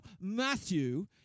Matthew